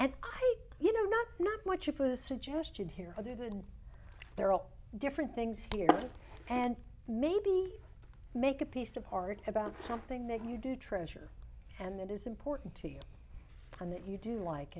and you know not not much of a suggestion here other than there are different things here and maybe make a piece of art about something that you do treasure and that is important to you and that you do like